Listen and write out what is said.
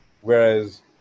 Whereas